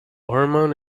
hormone